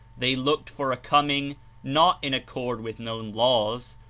they looked for a coming not in accord with known laws,